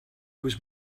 was